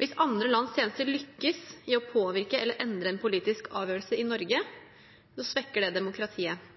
Hvis andre lands tjenester lykkes i å påvirke eller endre en politisk avgjørelse i Norge, svekker det demokratiet.